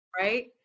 right